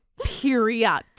Period